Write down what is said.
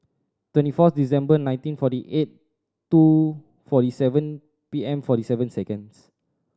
twenty four December nineteen forty eight two forty seven P M forty seven seconds